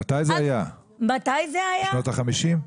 מתי זה היה, בשנות ה-50'?